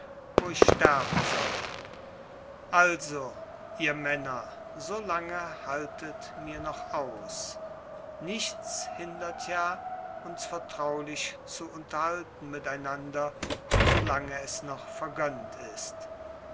wo ich sterben soll also ihr männer so lange haltet mir noch aus nichts hindert ja uns vertraulich zu unterhalten miteinander solange es noch vergönnt ist